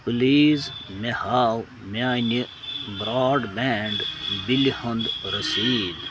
please مےٚ ہاو میٛانہِ برٛاڈ بینٛڈ بِلہِ ہُنٛد رٔسیٖد